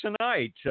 tonight